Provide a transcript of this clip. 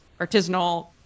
artisanal